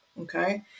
okay